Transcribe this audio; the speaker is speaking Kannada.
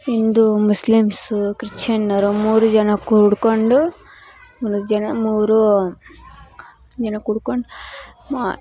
ಹಿಂದು ಮುಸ್ಲಿಮ್ಸು ಕ್ರಿಶ್ಚಿಯನ್ನರು ಮೂರೂ ಜನ ಕೂಡಿಕೊಂಡು ಮೂರು ಜನ ಮೂರೂ ಜನ ಕೂಡ್ಕೊಂಡು ಮಾ